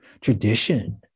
tradition